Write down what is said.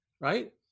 right